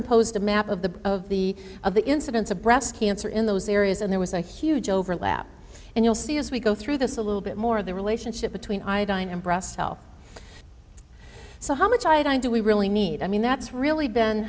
imposed a map of the of the of the incidence of breast cancer in those areas and there was a huge overlap and you'll see as we go through this a little bit more of the relationship between iodine and breast self so how much i do we really need i mean that's really been